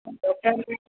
ডক্টৰে কৈছে